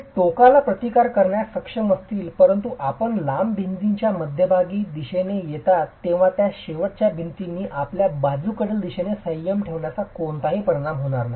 ते टोकाला प्रतिकार करण्यास सक्षम असतील परंतु आपण लांब भिंतींच्या मध्यभागी दिशेने येता तेव्हा या शेवटच्या भिंतींनी आपल्या बाजूकडील दिशेने संयम ठेवण्याचा कोणताही परिणाम होणार नाही